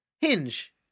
Hinge